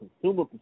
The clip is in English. consumer